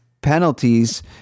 penalties